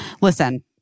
Listen